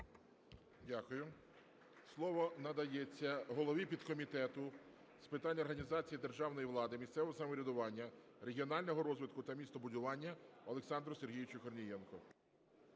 Дякую. Слово надається голові підкомітету з питань організації державної влади, місцевого самоврядування, регіонального розвитку та містобудування Олександру Сергійовичу Корнієнко.